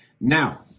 Now